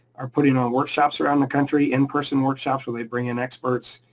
are putting on workshops around the country, in person workshops where they bring in experts,